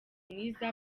mwiza